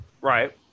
right